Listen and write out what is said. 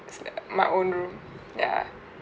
it's uh my own room ya